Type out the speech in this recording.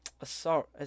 Assault